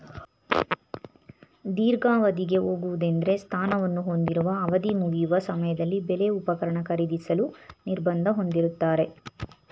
ದೀರ್ಘಾವಧಿಗೆ ಹೋಗುವುದೆಂದ್ರೆ ಸ್ಥಾನವನ್ನು ಹೊಂದಿರುವ ಅವಧಿಮುಗಿಯುವ ಸಮಯದಲ್ಲಿ ಬೆಲೆ ಉಪಕರಣ ಖರೀದಿಸಲು ನಿರ್ಬಂಧ ಹೊಂದಿರುತ್ತಾರೆ